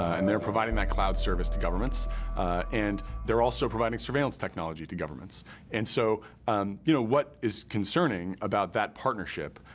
and they're providing that cloud service to governments and they're also providing surveillance technology to governments and so you know what is concerning about that partnership?